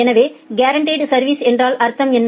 எனவே கேரன்டிட் சா்விஸ் என்றாள் அர்த்தம் என்ன